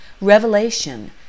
Revelation